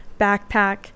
backpack